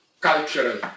cultural